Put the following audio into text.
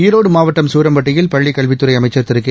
ஈரோடு மாவட்டம் சூரம்பட்டியில் பள்ளிக் கல்வித்துறை அமைச்ச் திரு கே